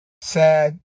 Sad